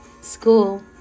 school